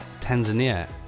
tanzania